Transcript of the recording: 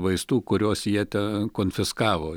vaistų kuriuos jie ten konfiskavo